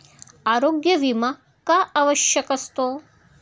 आरोग्य विमा का आवश्यक असतो?